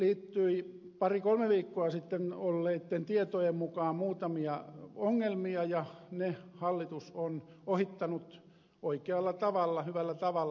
tähän liittyi pari kolme viikkoa sitten olleitten tietojen mukaan muutamia ongelmia ja ne hallitus on ohittanut oikealla tavalla hyvällä tavalla